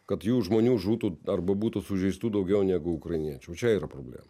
kad jų žmonių žūtų arba būtų sužeistų daugiau negu ukrainiečių čia yra problema